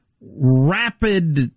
rapid